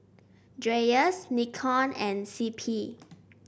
Dreyers Nikon and C P